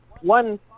one